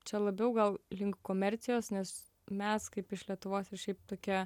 čia labiau gal link komercijos nes mes kaip iš lietuvos ir šiaip tokie